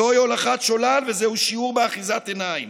זוהי הולכת שולל וזהו שיעור באחיזת עיניים,